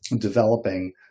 developing